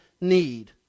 need